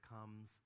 comes